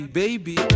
baby